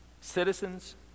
Citizens